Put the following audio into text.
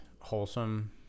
wholesome